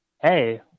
hey